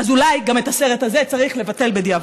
אז אולי גם את הסרט הזה צריך לבטל בדיעבד.